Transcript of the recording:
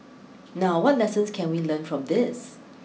now what lessons can we learn from this